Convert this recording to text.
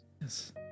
Yes